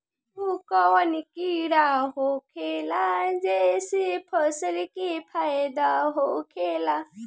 उ कौन कीड़ा होखेला जेसे फसल के फ़ायदा होखे ला?